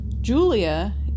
Julia